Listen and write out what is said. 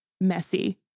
messy